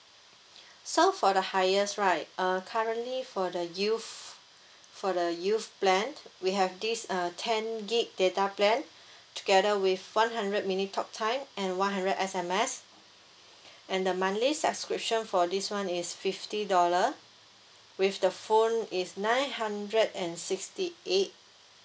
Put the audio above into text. so for the highest right uh currently for the youth for the youth plan we have this uh ten G_B data plan together with one hundred minutes talk time and one hundred S_M_S and the monthly subscription for this [one] is fifty dollars with the phone is nine hundred and sixty eight